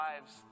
lives